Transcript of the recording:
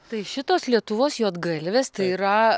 tai šitos lietuvos juodgalvės yra